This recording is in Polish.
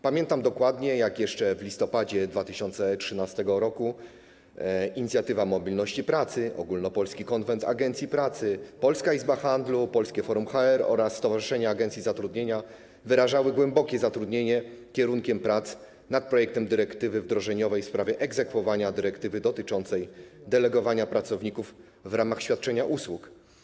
Pamiętam dokładnie, jak jeszcze w listopadzie 2013 r. Inicjatywa Mobilności Pracy, Ogólnopolski Konwent Agencji Pracy, Polska Izba Handlu, Polskie Forum HR oraz Stowarzyszenie Agencji Zatrudnienia wyrażały głębokie zaniepokojenie kierunkiem prac nad projektem dyrektywy wdrożeniowej w sprawie egzekwowania dyrektywy dotyczącej delegowania pracowników w ramach świadczenia usług.